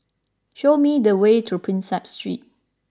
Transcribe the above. show me the way to Prinsep Street